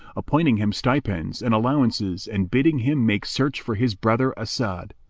appointing him stipends and allowances and bidding him make search for his brother as'ad.